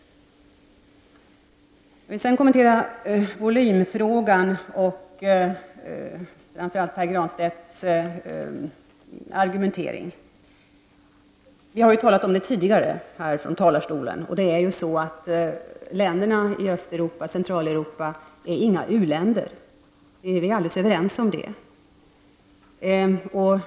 Jag vill sedan kommentera volymfrågan och framför allt Pär Granstedts argumentering. Länderna i Östeuropa och Centraleuropa är inga u-länder; vi är alldeles överens om detta. Detta har tidigare nämnts här från talarstolen.